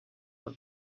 that